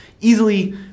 easily